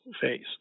face